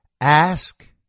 Ask